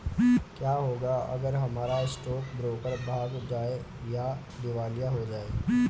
क्या होगा अगर हमारा स्टॉक ब्रोकर भाग जाए या दिवालिया हो जाये?